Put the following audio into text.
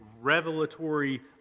revelatory